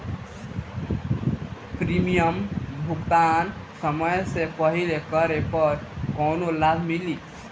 Premium भुगतान समय से पहिले करे पर कौनो लाभ मिली?